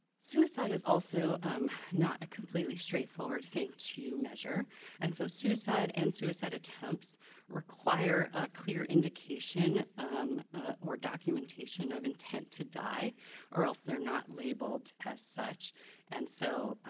suicide is also not a completely straight forward thing measure and so suicide and suicide attempts require a clear indication or documentation of intent to die or else they're not labeled as such and so,